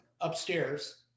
upstairs